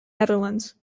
netherlands